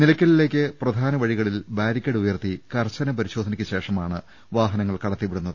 നിലക്കലിലേക്ക് പ്രധാന വഴികളിൽ ബാരിക്കേഡ് ഉയർത്തി കർശന പരിശോധനയ്ക്ക് ശേഷ മാണ് വാഹനങ്ങൾ കടത്തി വിടുന്നത്